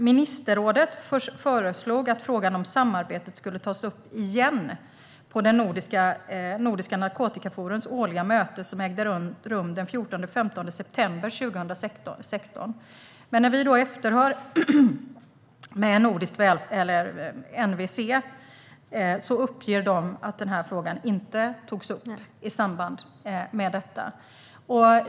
Ministerrådet föreslog att frågan om samarbetet skulle tas upp igen på det nordiska narkotikaforumets årliga möte som ägde rum den 14-15 september 2016. Men när vi efterhör med NVC uppger de att denna fråga inte togs upp i samband med detta.